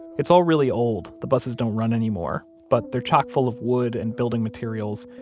it's all really old. the buses don't run anymore, but they're chock full of wood and building materials,